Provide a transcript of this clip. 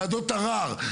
ועדות ערר,